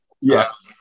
Yes